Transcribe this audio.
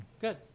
good